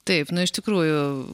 taip na iš tikrųjų